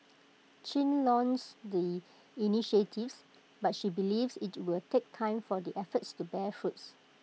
chin lauds the initiatives but she believes IT will take time for the efforts to bear fruits